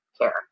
care